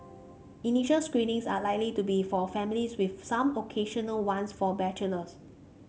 initial screenings are likely to be for families with some occasional ones for bachelors